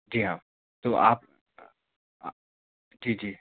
जी हाँ तो आप जी जी